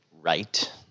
right